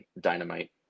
dynamite